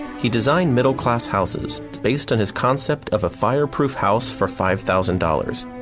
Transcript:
he designed middle class houses based on his concept of a fireproof house for five thousand dollars.